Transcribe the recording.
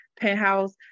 penthouse